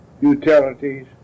utilities